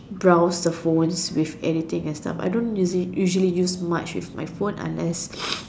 browse the phone with editing and stuff I don't use it usually use much with my phone unless